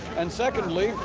and secondly,